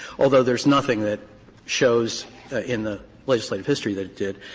although there's nothing that shows in the legislative history that it did.